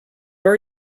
are